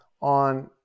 on